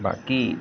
बाकी